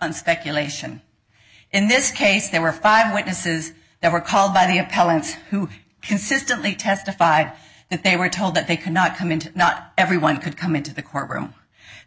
on speculation in this case there were five witnesses that were called by the appellant who consistently testified that they were told that they cannot come into not everyone could come into the court room